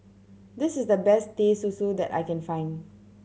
this is the best Teh Susu that I can find